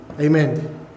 Amen